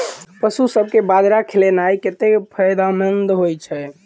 पशुसभ केँ बाजरा खिलानै कतेक फायदेमंद होइ छै?